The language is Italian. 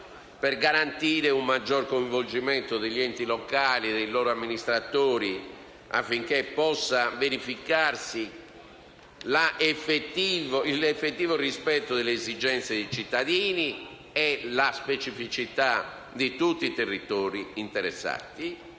per garantire un maggior coinvolgimento degli enti locali e dei loro amministratori, affinché possa verificarsi l'effettivo rispetto delle esigenze dei cittadini e della specificità di tutti i territori interessati.